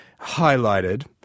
highlighted